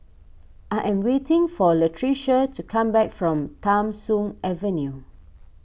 I am waiting for Latricia to come back from Tham Soong Avenue